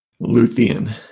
Luthian